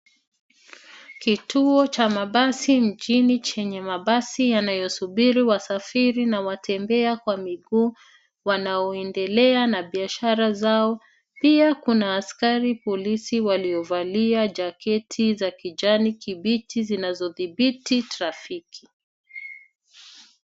Kituo cha mabasi nchini chenye mabasi yanayosubiri wasafiri na watembea kwa miguu wanaoendelea na biashara zao. Pia kuna askari polisi waliovalia jaketi za kijani kibichi zinazodhibiti trafiki.